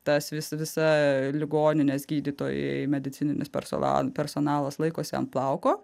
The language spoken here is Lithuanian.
tas vis visa ligoninės gydytojai medicininis personalas personalas laikosi ant plauko